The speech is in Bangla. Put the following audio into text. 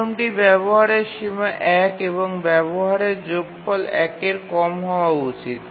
প্রথমটি ব্যবহারের সীমা ১ এবং ব্যবহারের যোগফল ১ এর কম হওয়া উচিত